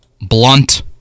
blunt